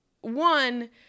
One